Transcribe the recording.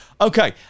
Okay